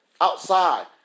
outside